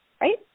right